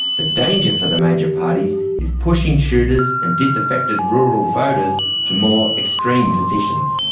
the danger for the major parties is pushing shooters and disaffected rural voters to more extreme positions,